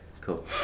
cool